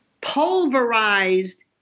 pulverized